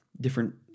different